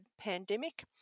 pandemic